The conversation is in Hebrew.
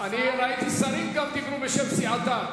אני ראיתי ששרים גם דיברו בשם סיעתם,